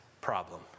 problem